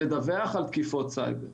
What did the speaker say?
לדווח על תקיפות סייבר,